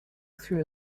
through